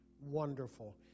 wonderful